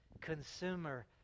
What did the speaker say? consumer